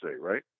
right